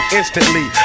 instantly